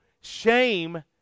shame